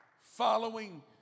Following